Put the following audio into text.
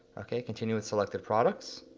okay continue with selected products,